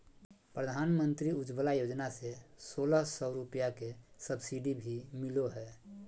प्रधानमंत्री उज्ज्वला योजना से सोलह सौ रुपया के सब्सिडी भी मिलो हय